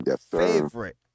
favorite